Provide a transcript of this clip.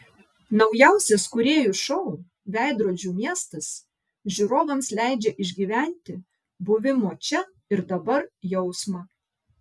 naujausias kūrėjų šou veidrodžių miestas žiūrovams leidžia išgyventi buvimo čia ir dabar jausmą